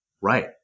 Right